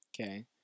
Okay